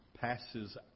passes